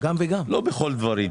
לא בכל הדברים.